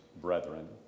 brethren